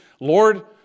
Lord